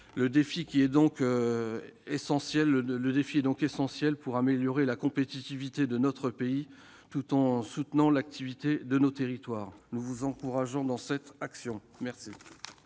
Le défi est donc essentiel pour améliorer la compétitivité de notre pays tout en soutenant l'activité dans nos territoires. Nous vous encourageons dans cette action. La